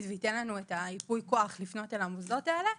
ולתת לנו את ייפוי הכוח לפנות אל המוסדות האלה.